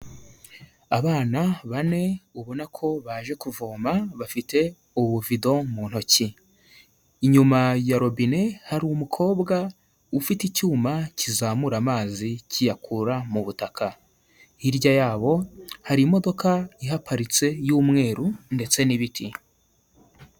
Abana bane ubona ko baje kuvoma, bafite ubuvido mu ntoki, inyuma ya robine hari umukobwa ufite icyuma kizamura amazi kiyakura mu butaka, hirya yabo hari imodoka ihaparitse y'umweru ndetse n'ibiti.